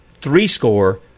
threescore